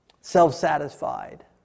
Self-satisfied